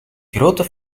grote